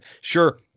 Sure